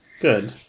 Good